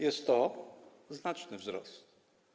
Jest to znaczny wzrost.